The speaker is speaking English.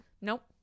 Nope